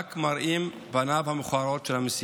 רק מראים את פניו המכוערות של המסית.